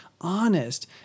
honest